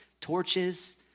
torches